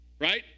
right